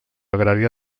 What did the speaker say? agrària